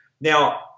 Now